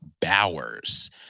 Bowers